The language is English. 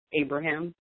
Abraham